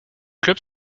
clubs